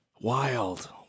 wild